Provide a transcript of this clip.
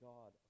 God